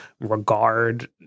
regard